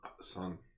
son